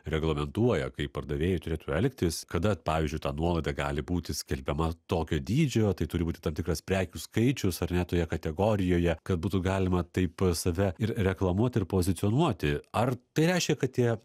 reglamentuoja kaip pardavėjai turėtų elgtis kada pavyzdžiui ta nuolaida gali būti skelbiama tokio dydžio tai turi būti tam tikras prekių skaičius ar ne toje kategorijoje kad būtų galima taip save ir reklamuoti ir pozicionuoti ar tai reiškia kad tie